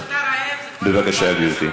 אמרתי שהם אטומים לבחירה, במי לבחור.